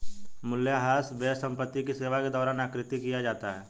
मूल्यह्रास व्यय संपत्ति की सेवा के दौरान आकृति किया जाता है